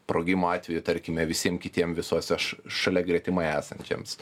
sprogimo atveju tarkime visiem kitiem visos aš šalia gretimai esančiems